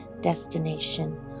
destination